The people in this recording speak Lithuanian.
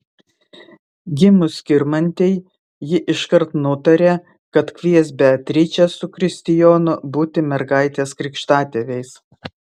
gimus skirmantei ji iškart nutarė kad kvies beatričę su kristijonu būti mergaitės krikštatėviais